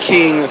King